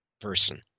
person